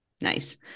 nice